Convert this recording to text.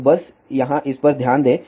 तो बस यहाँ इस पर ध्यान दें